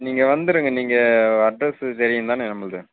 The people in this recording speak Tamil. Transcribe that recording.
நீங்கள் வந்துடுங்க நீங்கள் அட்ரெஸ்ஸு தெரியும் தானே நம்மளுது